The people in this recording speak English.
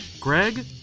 Greg